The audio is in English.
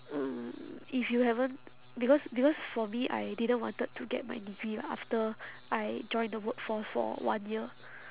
mm if you haven't because because for me I didn't wanted to get my degree after I joined the workforce for one year